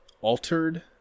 altered